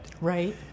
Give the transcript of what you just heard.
Right